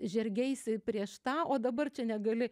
žergeisi prieš tą o dabar čia negali